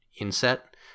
inset